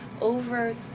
over